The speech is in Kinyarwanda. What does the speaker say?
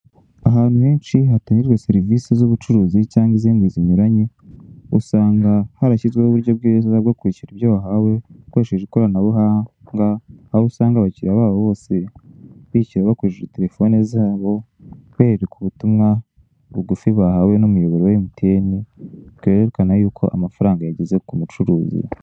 Ahantu henshi hatangirwa serivise z'ubucurizi cyangwa izindi zinyuranye usanga harashyizweho uburyo bwiza bwo kwishyura ibyo wahawe ukoresheje ikoranabuhanga, aho usanga abakiriya babo bose bishyura bakoresheje terefone zabo bereka ubutumbwa bugufi bahawe n'umuyoboro wa emutiyeni bwerekana yuko amafaranga yageze ku mucuruzi